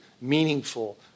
meaningful